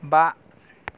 बा